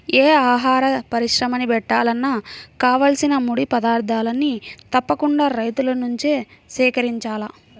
యే ఆహార పరిశ్రమని బెట్టాలన్నా కావాల్సిన ముడి పదార్థాల్ని తప్పకుండా రైతుల నుంచే సేకరించాల